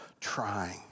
trying